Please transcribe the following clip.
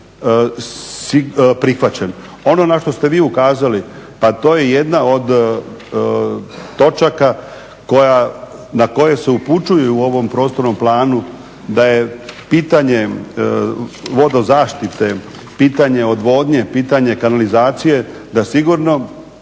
Ono na što ste vi ukazali, pa to je jedna od točaka na koje se upućuju u ovom prostornom planu da je pitanje vodozaštite, pitanje odvodnje, pitanje kanalizacije, da sigurno